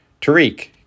Tariq